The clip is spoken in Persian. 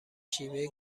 شیوه